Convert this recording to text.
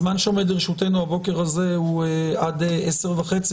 הזמן שעומד לרשותנו הבוקר הזה הוא עד 10:30,